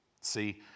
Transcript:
see